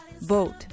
Vote